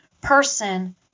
person